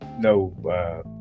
no